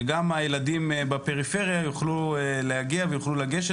שגם הילדים בפריפריה יוכלו להגיע ויוכלו לגשת